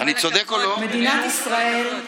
מדינת ישראל,